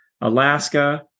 Alaska